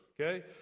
okay